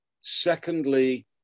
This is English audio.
Secondly